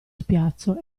spiazzo